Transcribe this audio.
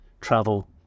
travel